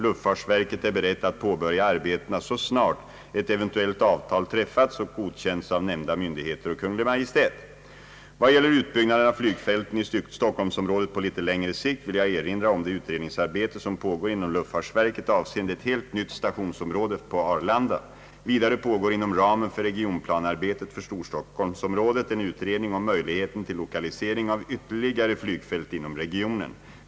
Luftfartsverket är berett att påbörja arbetena så snart ett eventuellt avtal träffats och godkänts av nämnda myndigheter och Kungl. Maj:t. Vad gäller utbyggnaden av flygfälten i stockholmsområdet på litet längre sikt vill jag erinra om det utredningsarbete som pågår inom luftfartsverket avseende ett helt nytt stationsområde på Arlanda. Vidare pågår inom ramen för regionplanearbetet för stockholmsområdet en utredning om möjligheten till lokalisering av ytterligare flygfält inom regionen.